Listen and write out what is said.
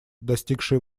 достигшие